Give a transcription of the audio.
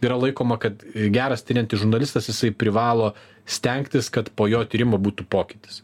yra laikoma kad geras tiriantis žurnalistas jisai privalo stengtis kad po jo tyrimo būtų pokytis